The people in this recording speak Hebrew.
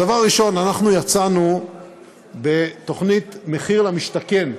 הדבר הראשון, אנחנו יצאנו בתוכנית מחיר למשתכן,